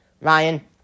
Ryan